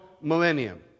millennium